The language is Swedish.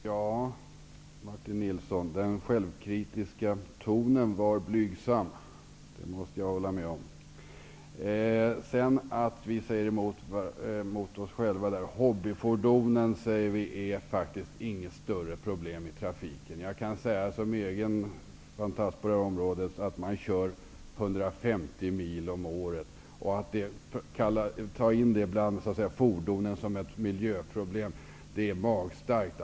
Fru talman! Den självkritiska tonen var blygsam, Martin Nilsson. Det måste jag hålla med om. Det påstås att vi säger emot oss själva. Hobbyfordonen är faktiskt inget större problem i trafiken, säger vi. Jag kan, eftersom jag själv är fantast på det här området, säga att man kör 150 mil om året. Att ta in det bland fordonen, som ett miljöproblem, är magstarkt.